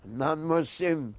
non-Muslim